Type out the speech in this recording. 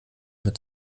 mit